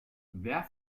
wer